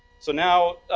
so now,